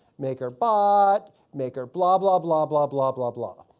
maker bot, maker blah, blah, blah, blah, blah, blah, blah,